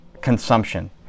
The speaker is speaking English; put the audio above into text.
consumption